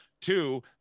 Two